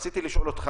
מתחילת הדיונים